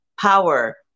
power